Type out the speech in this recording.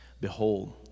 Behold